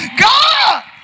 God